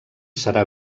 serà